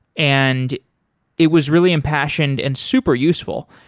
and it was really impassioned and super useful.